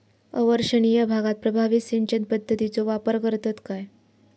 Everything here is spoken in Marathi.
अवर्षणिय भागात प्रभावी सिंचन पद्धतीचो वापर करतत काय?